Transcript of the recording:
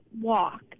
walk